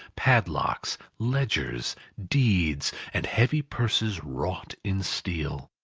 padlocks, ledgers, deeds, and heavy purses wrought in steel.